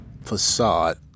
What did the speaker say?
Facade